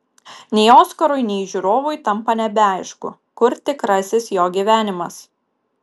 nei oskarui nei žiūrovui tampa nebeaišku kur tikrasis jo gyvenimas